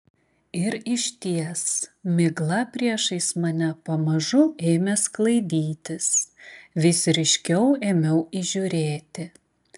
ir išties migla priešais mane pamažu ėmė sklaidytis vis ryškiau ėmiau įžiūrėti